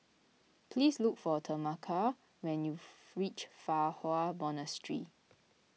please look for Tameka when you reach Fa Hua Monastery